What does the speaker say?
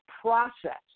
process